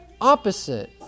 opposite